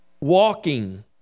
Walking